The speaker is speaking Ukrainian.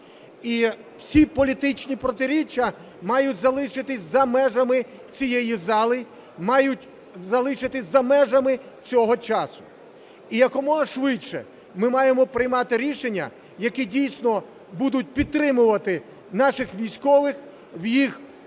І всі політичні протиріччя мають залишитись за межами цієї зали, мають залишитись за межами цього часу. І якомога швидше ми маємо приймати рішення, які дійсно будуть підтримувати наших військових в їх